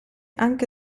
anche